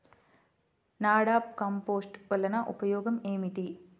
NADEP compost వలన ఉపయోగం ఏమిటి?